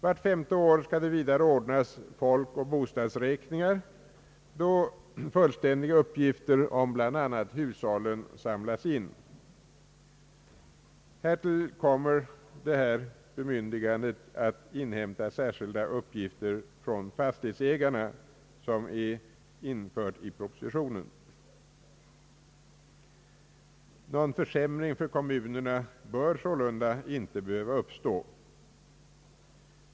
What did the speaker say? Vart femte år skall det vidare ordnas folkoch bostadsräkningar, då fullständiga uppgifter om bland annat hushållen samlas in. Härtill kommer det bemyndigande att inhämta särskilda uppgifter från fastighetsägarna som är infört i propositionen. Någon försämring för kommunerna bör sålunda inte behöva uppstå.